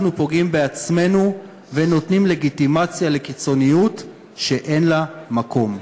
אנחנו פוגעים בעצמנו ונותנים לגיטימציה לקיצוניות שאין לה מקום.